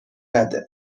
نده